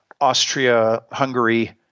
Austria-Hungary